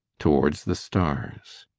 towards the stars.